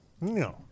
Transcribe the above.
No